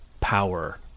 power